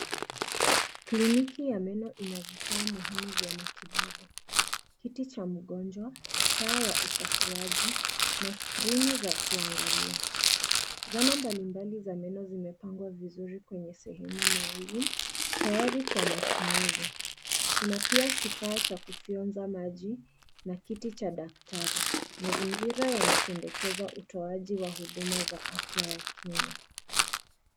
Kliniki ya meno ina vifaa mihimu vya matibabu. Kiti cha mgonjwa, taa ya upasuaji, na skrini za kuangalia. Zana mbalimbali za meno zimepangwa vizuri kwenye sehemu maalum tayari kwa matumizi. Kuna pia kifaa cha kufyonza maji na kiti cha daktari. Mazingira yanapendekeza utoaji wa huduma za afya wa kinywa.